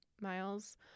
miles